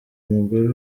umugore